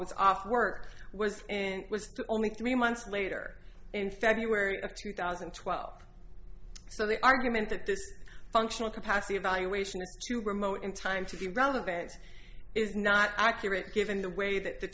was off work was and was only three months later in february of two thousand and twelve so the argument that this functional capacity evaluation remote in time to be relevant is not accurate given the way that the